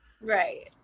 Right